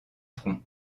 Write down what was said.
front